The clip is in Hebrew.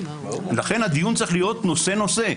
הדיון צריך להיות נושא-נושא.